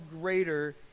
greater